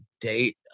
date